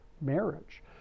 marriage